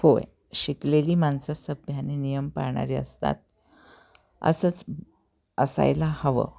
होय शिकलेली माणसं सभ्याने नियम पाळणारीे असतात असंच असायला हवं